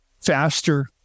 faster